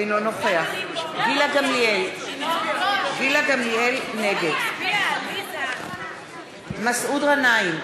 אינו נוכח גילה גמליאל, נגד מסעוד גנאים,